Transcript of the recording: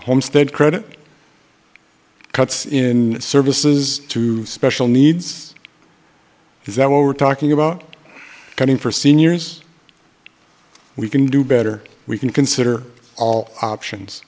homestead credit cuts in services to special needs is that what we're talking about cutting for seniors we can do better we can consider all options